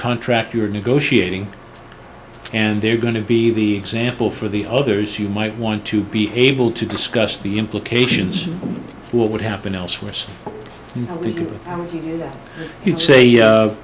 contract you're negotiating and they're going to be the example for the others you might want to be able to discuss the implications of what would happen elsewhere so he'd say